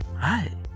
Hi